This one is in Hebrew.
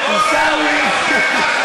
אורן הרצל חזן,